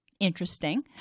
Interesting